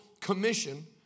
commission